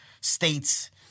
states